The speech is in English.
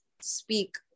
speak